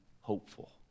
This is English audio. hopeful